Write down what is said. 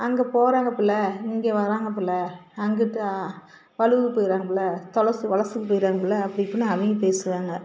அங்கே போகிறாங்க புள்ளை இங்கே வராங்க புள்ளை அங்கிட்டா போயிறாங்க புள்ளை போயிறாங்க புள்ளை அப்படி இப்படின்னு அவங்க பேசுவாங்க